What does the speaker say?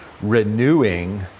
renewing